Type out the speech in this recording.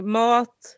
mat